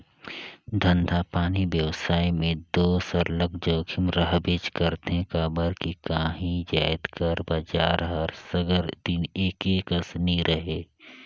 धंधापानी बेवसाय में दो सरलग जोखिम रहबेच करथे काबर कि काही जाएत कर बजार हर सगर दिन एके कस नी रहें